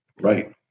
Right